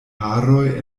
haroj